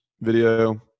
video